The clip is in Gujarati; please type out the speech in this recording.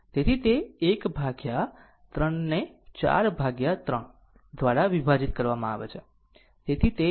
તેથી તે 1 ભાગ્યા 3 ને 4 ભાગ્યા 3 દ્વારા વિભાજિત કરવામાં આવે છે